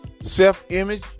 self-image